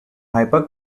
hyper